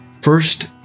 First